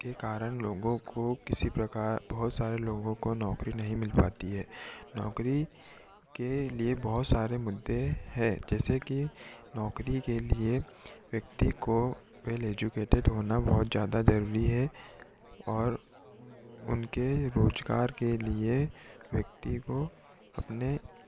के कारण लोगों को किसी प्रकार बहुत सारे लोगों को नौकरी नहीं मिल पाती है नौकरी के लिए बहुत सारे मुद्दे हैं जैसे कि नौकरी के लिए व्यक्ति को वेल एजुकेटेड होना बहुत ज्यादा जरूरी है और उनके रोजगार के लिए व्यक्ति को अपने